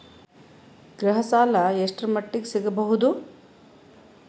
ಗೃಹ ಸಾಲ ಎಷ್ಟರ ಮಟ್ಟಿಗ ಸಿಗಬಹುದು?